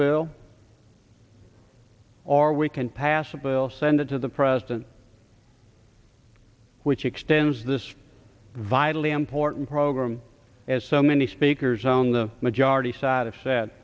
bill or we can pass a bill send it to the president which extends this vitally important program as so many speakers on the majority side of sa